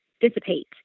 dissipate